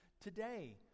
today